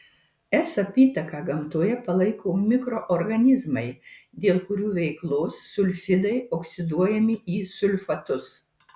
s apytaką gamtoje palaiko mikroorganizmai dėl kurių veiklos sulfidai oksiduojami į sulfatus